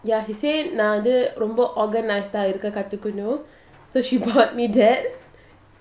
ya she said நான்வந்துரொம்ப:nan vandhu romba organise ah இருக்ககத்துக்கணும்:iruka kathukanum so she brought me that